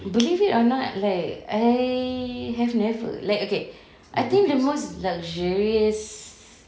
believe it or not like I have never like okay I think the most luxurious